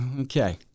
Okay